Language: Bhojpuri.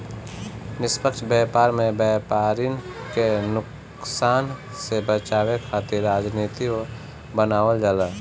निष्पक्ष व्यापार में व्यापरिन के नुकसान से बचावे खातिर रणनीति बनावल जाला